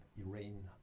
Iran